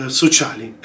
sociali